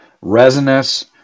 resinous